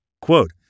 quote